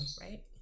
right